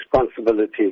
responsibility